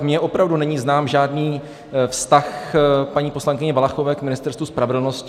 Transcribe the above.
Mně opravdu není znám žádný vztah paní poslankyně Valachové k Ministerstvu spravedlnosti.